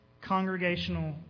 congregational